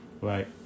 right